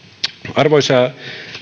arvoisa